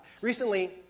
Recently